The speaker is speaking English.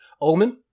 Omen